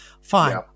fine